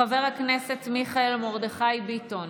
חבר הכנסת מיכאל מרדכי ביטון.